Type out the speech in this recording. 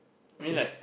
I mean like